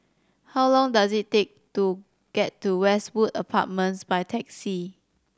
how long does it take to get to Westwood Apartments by taxi